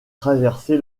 traversé